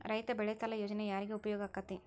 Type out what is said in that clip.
ರೈತ ಬೆಳೆ ಸಾಲ ಯೋಜನೆ ಯಾರಿಗೆ ಉಪಯೋಗ ಆಕ್ಕೆತಿ?